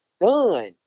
done